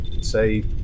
say